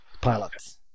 Pilots